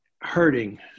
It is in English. hurting